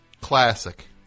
Classic